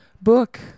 book